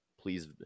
please